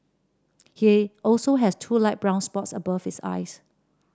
he also has two light brown spots above his eyes